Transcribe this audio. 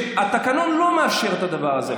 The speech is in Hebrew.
התקנון לא מאשר את הדבר הזה.